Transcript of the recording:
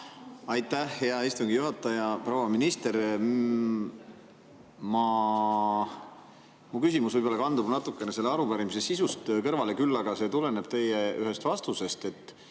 Aitäh, hea istungi juhataja! Proua minister! Mu küsimus võib-olla kandub natukene selle arupärimise sisust kõrvale, küll aga tuleneb see ühest teie vastusest.